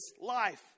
life